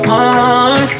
on